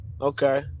Okay